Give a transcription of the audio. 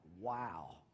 wow